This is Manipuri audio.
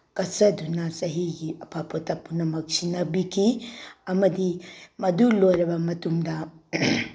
ꯀꯠꯆꯗꯨꯅ ꯆꯍꯤꯒꯤ ꯑꯐ ꯐꯠꯇ ꯄꯨꯝꯅꯃꯛ ꯁꯤꯟꯅꯕꯤꯈꯤ ꯑꯃꯗꯤ ꯃꯗꯨ ꯂꯣꯏꯔꯕ ꯃꯇꯨꯡꯗ